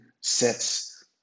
sets